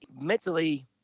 mentally